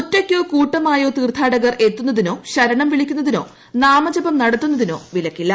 ഒറ്റയ്ക്കോ കൂട്ടമായോ തീർത്ഥാടകർ എത്തുന്നതിനോ ശരണം വിളിക്കുന്നതിനോ നാമജപം നടത്തുന്നതിനോ വിലക്കില്ല